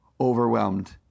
overwhelmed